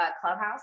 clubhouse